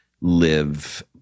live